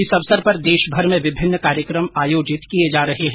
इस अवसर पर देशभर में विभिन्न कार्यक्रम आयोजित किए जा रहे हैं